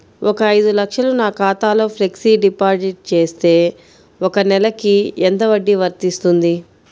ఒక ఐదు లక్షలు నా ఖాతాలో ఫ్లెక్సీ డిపాజిట్ చేస్తే ఒక నెలకి ఎంత వడ్డీ వర్తిస్తుంది?